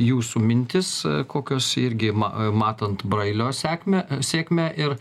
jūsų mintis kokios irgi ima matant brailio sekmę sėkmę ir